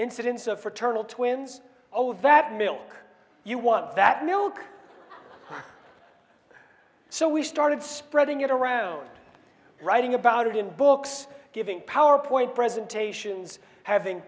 incidence of fraternal twins oh that milk you want that milk so we started spreading it around writing about it in books giving powerpoint presentations having